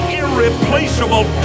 irreplaceable